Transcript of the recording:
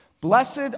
Blessed